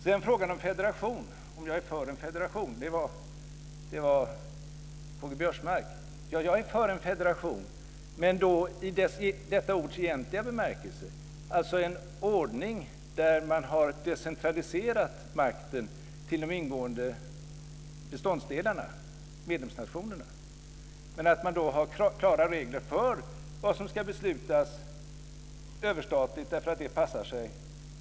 Sedan frågade K-G Biörsmark om jag är för en federation. Ja, jag är för en federation, men då i detta ords egentliga bemärkelse. Det ska alltså vara en ordning där man har decentraliserat makten till de ingående beståndsdelarna, medlemsnationerna, men med klara regler för vad som ska beslutas överstatligt därför att det passar sig.